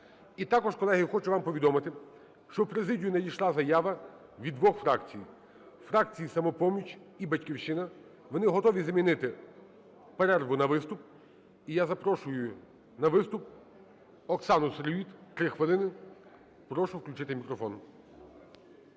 І також, колеги, хочу вам повідомити, що в президію надійшла заява від двох фракцій – фракції "Самопоміч" і "Батьківщина". Вони готові замінити перерву на виступ. І я запрошую на виступ Оксану Сироїд, 3 хвилини. Прошу включити мікрофон.